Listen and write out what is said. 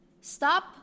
Stop